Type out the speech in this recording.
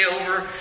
over